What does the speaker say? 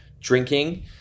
drinking